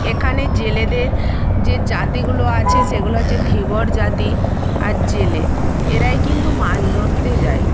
এখানে জেলেদের যে জাতিগুলো আছে সেগুলো হচ্ছে ধীবর জাতি আর জেলে এরাই কিন্তু মাছ ধরতে যায়